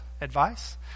advice